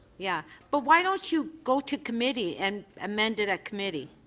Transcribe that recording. yeah but why don't you go to committee and amend it at committee?